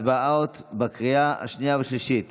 להצבעות בקריאה השנייה והשלישית